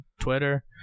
Twitter